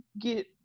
get